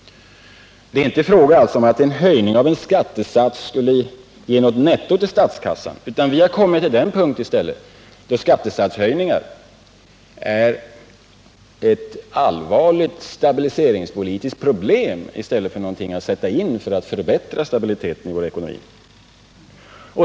Det är alltså inte fråga om att en höjning av en skattesats skulle ge något netto till statskassan. Vi har kommit till den punkt då skattesatshöjningar är ett allvarligt stabiliseringspolitiskt problem i stället för något att sätta in för att förbättra stabiliteten i vår ekonomi.